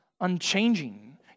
unchanging